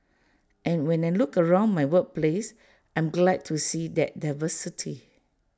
and when I look around my workplace I am glad to see that diversity